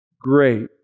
great